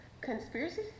Conspiracy